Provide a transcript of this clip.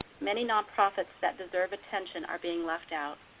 many nonprofits that deserve attention are being left out.